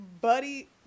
buddy